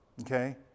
Okay